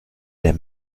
der